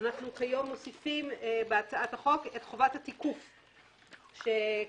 כיום מוסיפים בהצעת החוק את חובת התיקוף שקיימת.